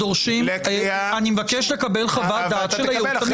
אני מבקש לקבל חוות דעת של הייעוץ המשפטי.